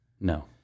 No